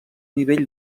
nivell